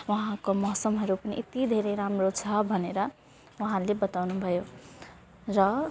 वहाँको मौसमहरू पनि यति धेरै राम्रो छ भनेर उहाँले बताउनु भयो र